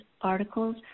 articles